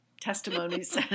testimonies